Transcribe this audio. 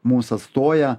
mums atstoja